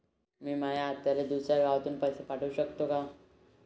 मी माया आत्याले दुसऱ्या गावातून पैसे पाठू शकतो का?